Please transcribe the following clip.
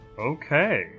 Okay